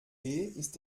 ist